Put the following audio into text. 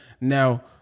Now